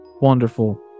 wonderful